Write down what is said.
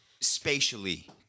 spatially